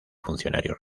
funcionarios